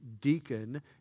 deacon